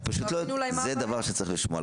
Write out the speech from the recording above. זה דבר שצריך לשמוע.